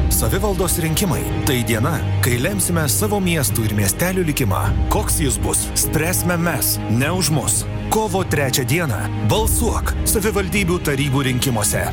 savivaldos rinkimai tai diena kai lemsime savo miestų ir miestelių likimą koks jis bus spręsime mes ne už mus kovo trečią dieną balsuok savivaldybių tarybų rinkimuose